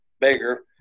bigger